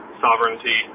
sovereignty –